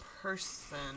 person